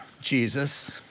Jesus